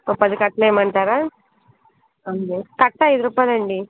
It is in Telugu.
ఓ పది కట్టలు వేయమంటారా కట్ట ఐదు రుపాయలండి